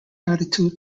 attitude